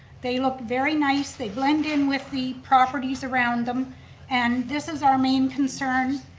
they look very nice, they blend in with the properties around them and this is our main concern.